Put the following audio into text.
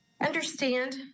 understand